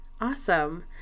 awesome